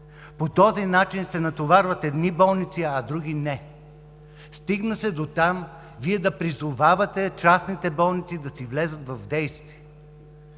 По този начин се натоварват едни болници, а други не. Стигна се дотам Вие да призовавате частните болници да влязат в действие.